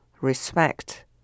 Respect